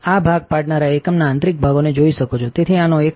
હે બધા હું આખરે માઇક્રોસ્કોપ સ્લાઇડ પર સ્પષ્ટ વાહક સ્તર જમા કરવામાં સફળ રહ્યો